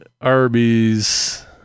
Arby's